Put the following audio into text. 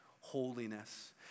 holiness